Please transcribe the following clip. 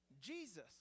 Jesus